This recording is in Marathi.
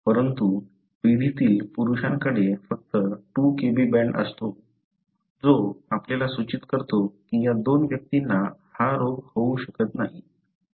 परंतु पिढीतील पुरुषांकडे फक्त 2 Kb बँड असतो जो आपल्याला सूचित करतो की या दोन व्यक्तींना हा रोग दिसून येऊ शकतो